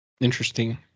Interesting